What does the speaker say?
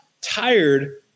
tired